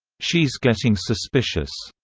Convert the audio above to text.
she's getting suspicious.